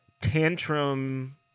tantrum